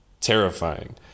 Terrifying